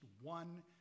one